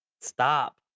stop